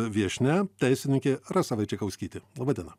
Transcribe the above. viešnia teisininkė rasa vaičekauskytė laba diena